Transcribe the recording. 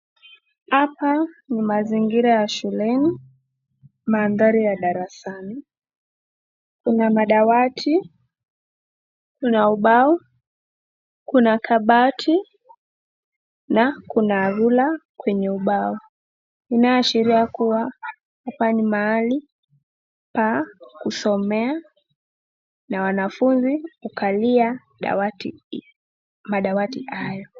Hapa ni mazingira ya shuleni madhari ya darasani. Kuna madawati, ubao, kuna kabati na kuna rula kwenye ubao inayoashiria kuwa hapa ni mahali pa kusomea na wanafunzi hukalia madawati hayo.